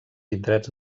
indrets